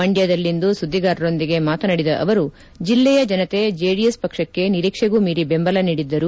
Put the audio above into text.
ಮಂಡ್ಕದಲ್ಲಿಂದು ಸುದ್ದಿಗಾರರೊಂದಿಗೆ ಮಾತನಾಡಿದ ಅವರು ಜಿಲ್ಲೆಯ ಜನತೆ ಜೆಡಿಎಸ್ ಪಕ್ಷಕ್ಕೆ ನಿರೀಕ್ಷೆಗೂ ಮೀರಿ ಬೆಂಬಲ ನೀಡಿದ್ದರು